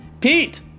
Pete